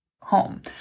home